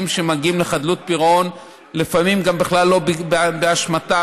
מגיעים לחדלות פירעון לפעמים בכלל לא באשמתם.